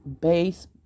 base